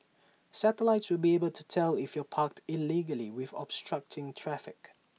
satellites will be able to tell if you're parked illegally and obstructing traffic